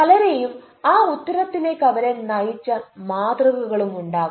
പലരെയും ആ ഉത്തരത്തിലേക്ക് അവരെ നയിച്ച മാതൃകകളും ഉണ്ടാകും